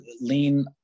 lean